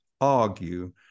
argue